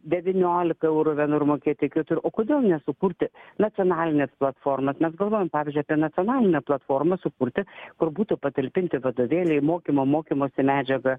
devyniolika eurų vienur mokėti kitur o kodėl nesukurti nacionalinės platformos mes galvojam pavyzdžiui apie nacionalinę platformą sukurti kur būtų patalpinti vadovėliai mokymo mokymosi medžiaga